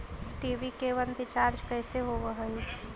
TV केवल recharge कैसे होब हइ?